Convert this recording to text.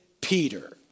Peter